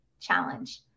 challenge